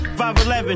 5'11